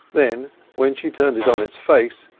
then when she turned it on its face,